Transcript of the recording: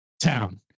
town